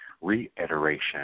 reiteration